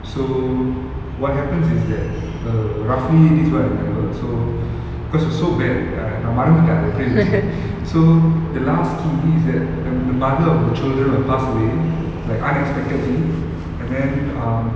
so what happens is that err roughly this is what I remember so cause it was so bad err நான் மறந்துட்டேன் அது எப்படி இருந்துச்சுனு:naan maranthuden adhu eppadi irunthuchunu so the last key is that the the mother of the children pass away like unexpectedly and then um